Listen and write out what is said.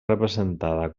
representada